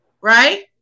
Right